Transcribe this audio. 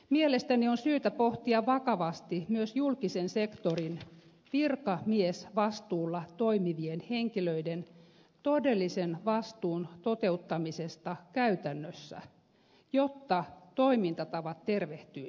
mielestäni on syytä pohtia vakavasti myös julkisen sektorin virkamiesvastuulla toimivien henkilöiden todellisen vastuun toteuttamista käytännössä jotta toimintatavat tervehtyisivät